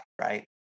Right